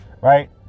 right